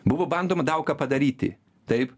buvo bandoma daug ką padaryti taip